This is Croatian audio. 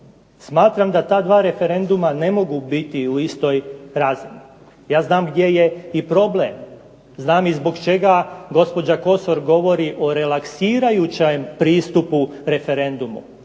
Smatram da ta dva referenduma ne mogu biti u istoj frazi, ja znam gdje je i problem, znam i zbog čega gospođa Kosor govori o relaksirajućem pristupu referendumu,